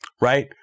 right